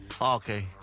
Okay